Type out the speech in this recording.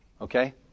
Okay